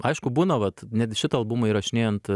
aišku būna vat net šitą albumą įrašinėjant